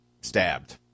stabbed